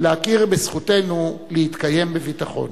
להכיר בזכותנו להתקיים בביטחון.